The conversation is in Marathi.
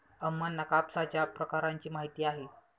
अम्मांना कापसाच्या प्रकारांची माहिती आहे